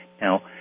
Now